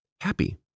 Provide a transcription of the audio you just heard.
Happy